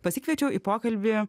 pasikviečiau į pokalbį